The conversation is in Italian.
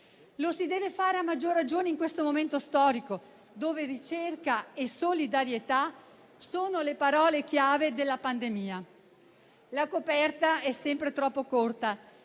Lo si deve fare a maggior ragione in questo momento storico, dove ricerca e solidarietà sono le parole chiave della pandemia. La coperta è sempre troppo corta